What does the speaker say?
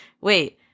wait